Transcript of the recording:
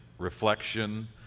Reflection